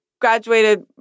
graduated